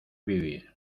vivir